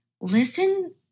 listen